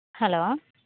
hello